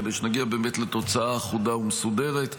כדי שנגיע באמת לתוצאה אחודה ומסודרת.